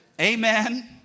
Amen